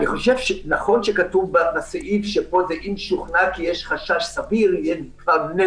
נכון שכתוב בסעיף "אם שוכנע שיש חשש סביר שהשהיית קבלת ההחלטה ...